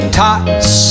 tots